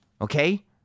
okay